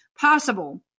possible